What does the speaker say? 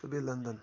تہٕ بیٚیہِ لَندَن